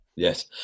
Yes